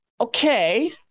Okay